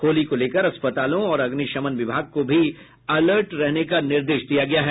होली को लेकर अस्पतालों और अग्निशमन विभाग को भी अलर्ट रहने का निर्देश दिया गया है